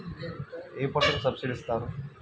ఏ పంటకు సబ్సిడీ ఇస్తారు?